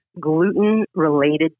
gluten-related